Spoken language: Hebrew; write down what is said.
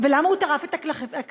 ולמה הוא טרף את הקלפים?